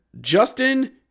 Justin